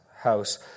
house